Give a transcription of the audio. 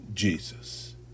Jesus